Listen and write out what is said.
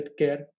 healthcare